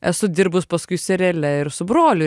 esu dirbus paskui seriale ir su broliu